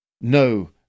No